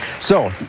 so,